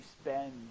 spend